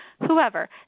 whoever